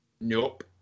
Nope